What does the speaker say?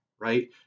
right